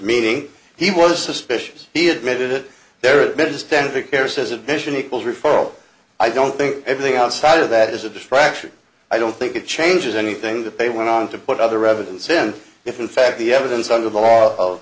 meeting he was suspicious he admitted it there it is tend to care says admission equals referral i don't think everything outside of that is a distraction i don't think it changes anything that they went on to put other evidence in if in fact the evidence under the law of